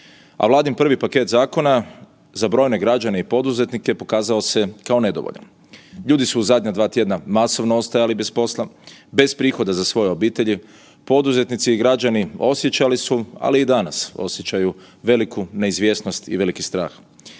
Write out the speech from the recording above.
A Vladin prvi paket zakona za brojne građane i poduzetnike pokazao se kao nedovoljan. Ljudi su u zadnja dva tjedna masovno ostajali bez posla, bez prihoda za svoje obitelji, poduzetnici i građani osjećali su ali i danas osjećaju veliku neizvjesnost i veliki strah.